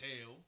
hell